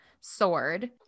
sword